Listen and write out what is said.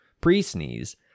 pre-sneeze